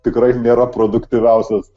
tikrai nėra produktyviausias